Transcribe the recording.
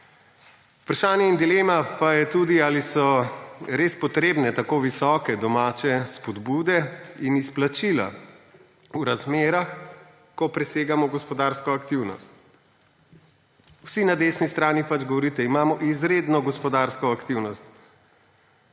Vprašanje in dilema pa je tudi, ali so res potrebne tako visoke domače spodbude in izplačila v razmerah, ko presegamo gospodarsko aktivnost. Vsi na desni strani govorite, da imamo izredno gospodarsko aktivnost,